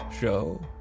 show